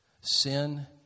Sin